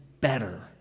better